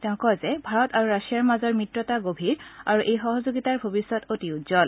তেওঁ কয় যে ভাৰত আৰু ৰাছিয়াৰ মাজৰ মিত্ৰতা গভীৰ আৰু এই সহযোগিতাৰ ভৱিষ্যত অতি উজ্বল